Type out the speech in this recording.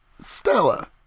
Stella